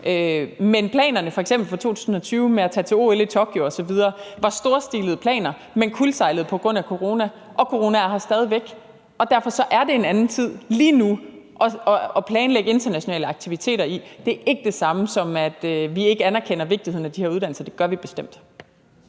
Men planerne for f.eks. 2020 med at tage til OL i Tokyo osv. var storstilede planer, men de kuldsejlede på grund af corona, og corona er her stadig væk. Derfor er det lige nu en anden tid at planlægge internationale aktiviteter i. Det er ikke det samme, som at vi ikke anerkender vigtigheden af de her uddannelser. Det gør vi bestemt.